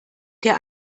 der